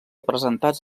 presentats